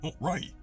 Right